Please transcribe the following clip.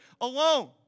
alone